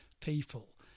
people